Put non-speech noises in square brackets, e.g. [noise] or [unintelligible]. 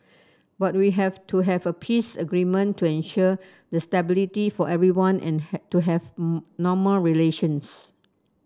but we have to have a peace agreement to assure the stability for everyone and [unintelligible] to have normal relations